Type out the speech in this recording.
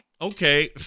Okay